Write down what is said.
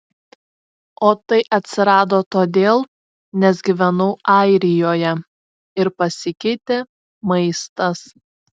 o tai atsirado todėl nes gyvenau airijoje ir pasikeitė maistas